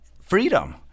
freedom